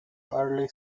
early